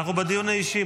אנחנו בדיון האישי.